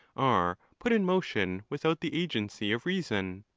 are put in motion without the agency of reason?